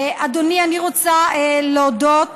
אדוני, אני רוצה להודות